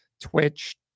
twitch